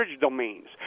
domains